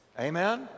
amen